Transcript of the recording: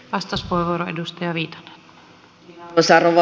arvoisa rouva puhemies